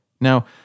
Now